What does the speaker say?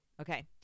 Okay